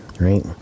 right